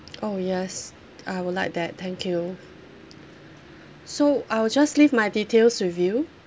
oh yes I would like that thank you so I will just leave my details with you